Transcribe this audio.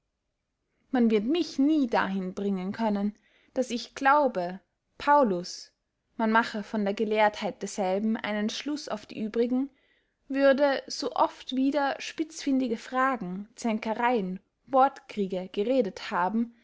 man wird mich nie dahin bringen können daß ich glaube paulus man mache von der gelehrtheit desselben einen schluß auf die übrigen würde so oft wider spitzfindige fragen zänkereyen wortkriege geredet haben